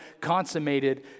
consummated